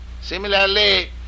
Similarly